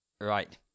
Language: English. Right